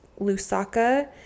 Lusaka